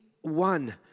one